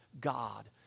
God